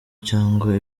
cyangwa